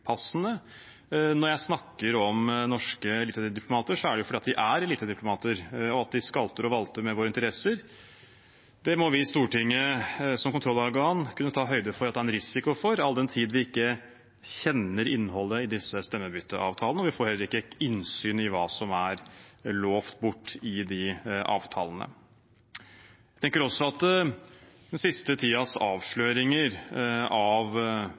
Når jeg snakker om norske elitediplomater, er det fordi de er elitediplomater, og at de skalter og valter med våre interesser. Det må vi i Stortinget som kontrollorgan kunne ta høyde for, ta en risiko for, all den tid vi ikke kjenner innholdet i disse stemmebytteavtalene. Vi får heller ikke innsyn i hva som er lovet bort i de avtalene. Jeg tenker også på den siste tidens avsløringer av